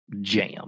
Jam